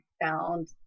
found